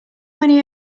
many